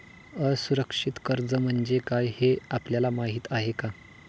असुरक्षित कर्ज म्हणजे काय हे आपल्याला माहिती आहे का?